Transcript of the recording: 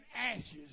ashes